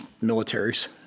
militaries